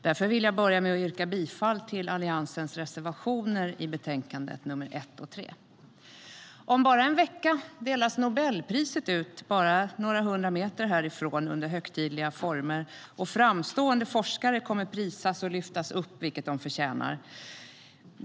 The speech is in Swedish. Därför vill jag börja med att yrka bifall till Alliansens reservationer, nr 1 och 3, i betänkandet. Om bara en vecka delas Nobelpriset ut under högtidliga former några hundra meter härifrån. Framstående forskare kommer att prisas och lyftas upp, vilket de förtjänar.